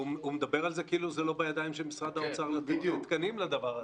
הוא מדבר כאילו זה לא בידיים של משרד האוצר להוסיף תקנים לדבר הזה.